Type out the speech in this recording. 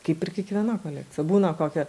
kaip ir kiekviena kolekcija būna kokia